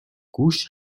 گوشت